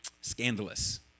scandalous